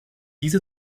diese